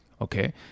Okay